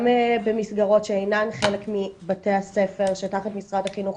גם במסגרות שאינן חלק מבתי הספר שתחת משרד החינוך,